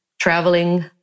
traveling